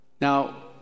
Now